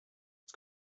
its